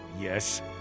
Yes